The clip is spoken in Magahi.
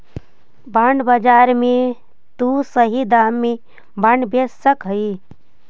बॉन्ड बाजार में तु सही दाम में बॉन्ड बेच सकऽ हे